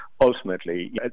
ultimately